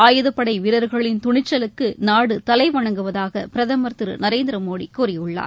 ஆயுதப்படைவீரர்களின் துணிச்சலுக்குநாடுதலைவணங்குவதாகபிரதமர் திருநரேந்திரமோடிகூறியுள்ளார்